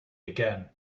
again